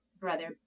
brother